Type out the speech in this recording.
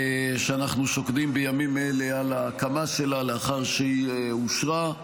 שאנחנו שוקדים בימים אלה על הקמה שלה לאחר שהיא אושרה.